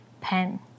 pen